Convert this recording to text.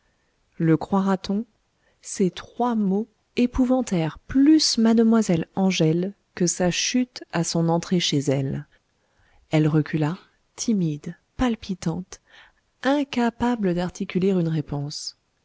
le croira-t-on ces trois mots épouvantèrent plus mademoiselle angèle que sa chute à son entrée chez elle elle recula timide palpitante incapable d'articuler une réponse